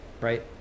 right